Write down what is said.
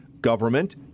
government